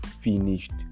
finished